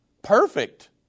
Perfect